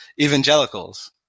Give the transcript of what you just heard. evangelicals